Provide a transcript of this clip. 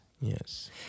Yes